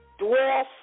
dwarf